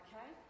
Okay